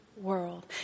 world